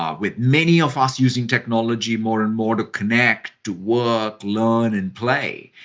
um with many of us using technology more and more to connect, to work, learn, and play.